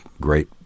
great